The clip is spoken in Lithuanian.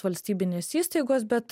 valstybinės įstaigos bet